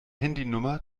handynummer